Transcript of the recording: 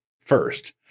first